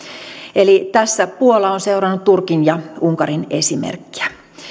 eli tässä puola on seurannut turkin ja unkarin esimerkkiä